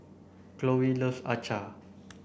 Khloe loves Acar